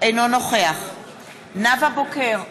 אינו נוכח נאוה בוקר,